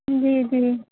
جی جی